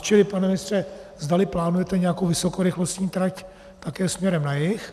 Čili, pane ministře, zdali plánujete nějakou vysokorychlostní trať také směrem na jih.